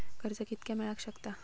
कर्ज कितक्या मेलाक शकता?